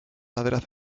laderas